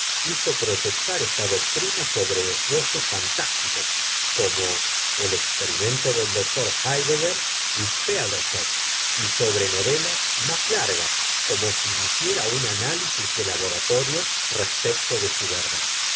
hizo proyectar esta doctrina sobre esbozos fantásticos como el experimento del doctor héidegger o féathertop y sobre novelas más largas como si hiciera un análisis de laboratorio respecto de su verdad